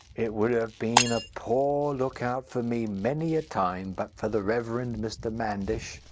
it would have been a poor look-out for me many a time but for the reverend mr. manders.